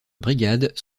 brigades